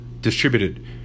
distributed